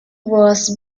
was